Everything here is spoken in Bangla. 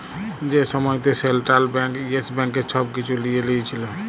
যে সময়তে সেলট্রাল ব্যাংক ইয়েস ব্যাংকের ছব কিছু লিঁয়ে লিয়েছিল